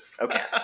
okay